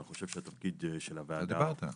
אני חושב שהתפקיד של הוועדה